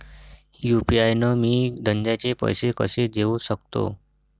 UPI न मी धंद्याचे पैसे कसे देऊ सकतो?